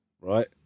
right